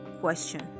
question